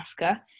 Africa